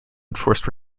enforced